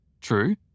True